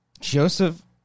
Joseph